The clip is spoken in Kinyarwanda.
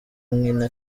ngina